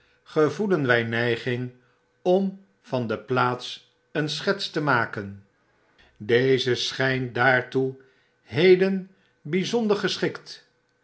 gevoelen wy neiging om van de plaats een schets te maken deze schynt daartoe heden byzonder geschikt